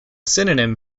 synonym